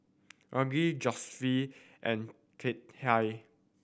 Algie and Cathi